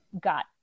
got